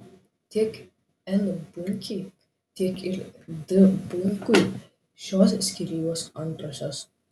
tiek n bunkei tiek ir d bunkui šios skyrybos antrosios